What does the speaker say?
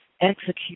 execute